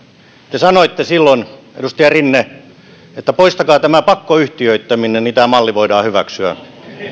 te sanoitte silloin edustaja rinne että poistakaa tämä pakkoyhtiöittäminen niin tämä malli voidaan hyväksyä